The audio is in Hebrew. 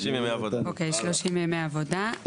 אוקי 30 ימי עבודה.